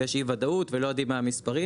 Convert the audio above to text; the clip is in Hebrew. ויש אי וודאות ולא יודעים מה המספרים,